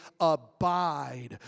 abide